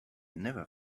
never